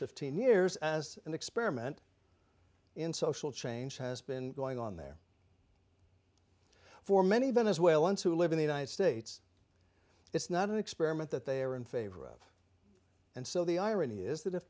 fifteen years as an experiment in social change has been going on there for many venezuelans who live in the united states it's not an experiment that they are in favor of and so the irony is that if